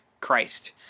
Christ